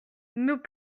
nous